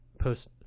post